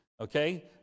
okay